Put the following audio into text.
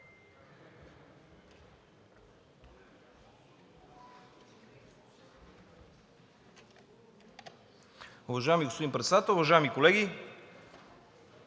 Уважаеми господин Председател, уважаеми колеги!